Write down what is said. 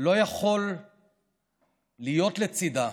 לא יכול להיות לצידה.